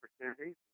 opportunities